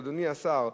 אדוני השר,